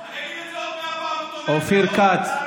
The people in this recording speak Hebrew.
אני אגיד את זה עוד פעם: הוא תומך טרור.